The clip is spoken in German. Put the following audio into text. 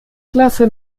klasse